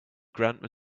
grandma